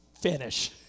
finish